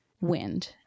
wind